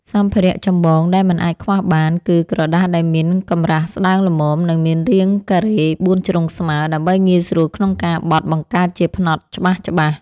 សម្ភារៈចម្បងដែលមិនអាចខ្វះបាន គឺក្រដាសដែលមានកម្រាស់ស្ដើងល្មម និងមានរាងការ៉េបួនជ្រុងស្មើ ដើម្បីងាយស្រួលក្នុងការបត់បង្កើតជាផ្នត់ច្បាស់ៗ។